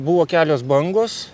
buvo kelios bangos